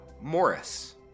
Morris